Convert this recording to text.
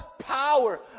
power